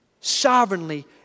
sovereignly